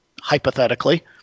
hypothetically